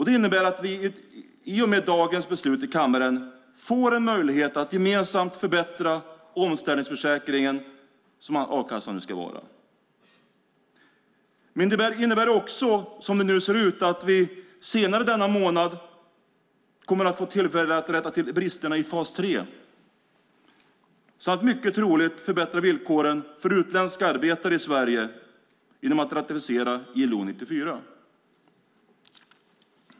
Det innebär att vi i och med dagens beslut i kammaren får en möjlighet att gemensamt förbättra den omställningsförsäkring som a-kassan ska vara. Det innebär också, som det nu ser ut, att vi senare denna månad kommer att få tillfälle att rätta till bristerna i fas 3 så att villkoren för utländska arbetare i Sverige mycket troligt förbättras genom att ILO 94 ratificeras.